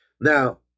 Now